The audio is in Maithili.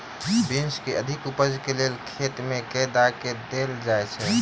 बीन्स केँ अधिक उपज केँ लेल खेत मे केँ खाद देल जाए छैय?